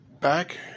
back